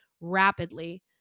rapidly